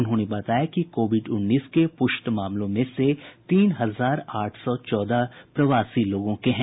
उन्होंने बताया कि कोविड उन्नीस के पुष्ट मामलों में से तीन हजार आठ सौ चौदह प्रवासी लोगों के हैं